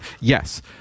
Yes